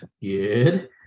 Good